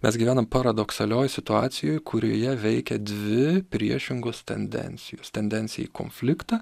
mes gyvenam paradoksalioj situacijoj kurioje veikia dvi priešingos tendencijos tendencija į konfliktą